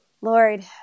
Lord